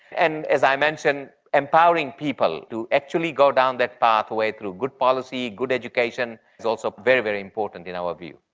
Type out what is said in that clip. and, as i mentioned, empowering people to actually go down that pathway through good policy, good education, it's also very, very important in our view.